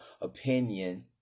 opinion